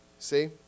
See